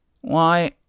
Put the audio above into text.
Why